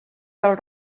del